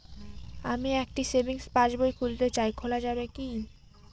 আমি একটি সেভিংস পাসবই খুলতে চাই খোলা যাবে কি?